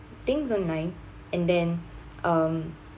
things online and then um